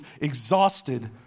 exhausted